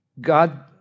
God